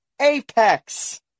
Apex